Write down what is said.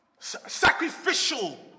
sacrificial